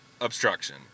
obstruction